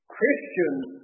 Christians